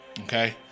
okay